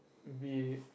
we